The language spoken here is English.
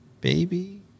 baby